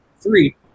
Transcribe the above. Three